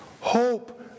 Hope